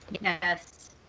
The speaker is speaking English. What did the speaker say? Yes